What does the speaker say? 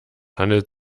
handelt